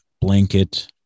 blanket